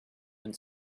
and